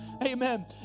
Amen